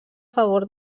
favor